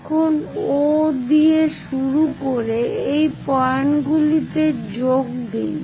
এখন O দিয়ে শুরু করে এই পয়েন্টগুলিতে যোগ দিন